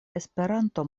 esperanto